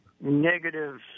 Negative